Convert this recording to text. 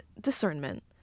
discernment